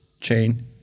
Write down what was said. chain